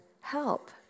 help